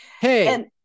Hey